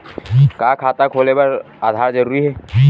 का खाता खोले बर आधार जरूरी हे?